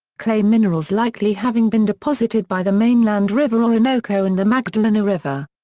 clay minerals likely having been deposited by the mainland river orinoco and the magdalena river.